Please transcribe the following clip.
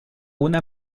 una